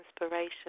inspiration